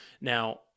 Now